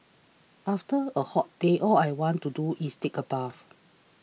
after a hot day all I want to do is take a bath